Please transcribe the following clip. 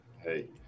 Hey